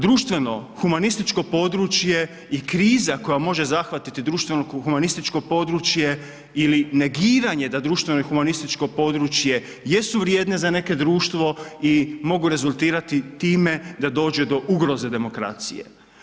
Društveno i humanističko područje i kriza koja može zahvatiti društveno i humanističko područje ili negiranje da društveno i humanističko područje jesu vrijedne za neke društvo i mogu rezultirati time da dođe do ugroze demokracije.